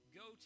go